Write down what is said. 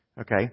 Okay